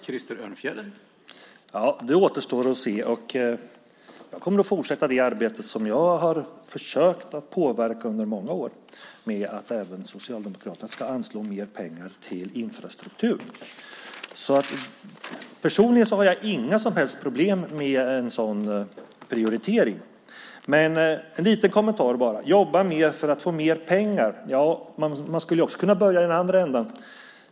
Herr talman! Ja, det återstår att se. Jag kommer att fortsätta arbeta med att försöka påverka - det har jag gjort under många år - så att även Socialdemokraterna ska anslå mer pengar till infrastruktur. Personligen har jag inga som helst problem med en sådan prioritering. Jag vill bara göra en liten kommentar. Näringsministern talar om att jobba mer för att få mer pengar. Ja, man skulle också kunna börja i den andra ändan.